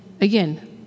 again